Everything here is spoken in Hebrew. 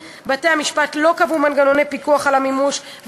בתי-המשפט לא קבעו מנגנוני פיקוח על המימוש,